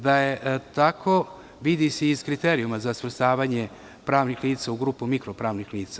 Da je tako, vidi se iz kriterijuma za svrstavanje pravnih lica i grupu mikro pravnih lica.